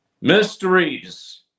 Mysteries